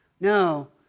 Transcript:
No